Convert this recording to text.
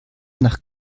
nach